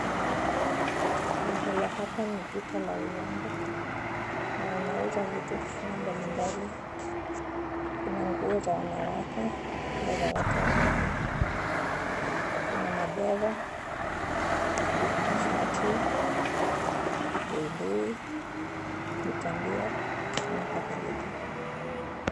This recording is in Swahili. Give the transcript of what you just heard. Mahala hapa ni duka la urembo na wanauza vitu mbalimbali . Kuna nguo za wanawake na za watoto pia. Kuna madera, shati, buibui, mitandio na kadhalika.